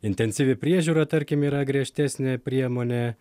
intensyvi priežiūra tarkim yra griežtesnė priemonė